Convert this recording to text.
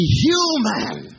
human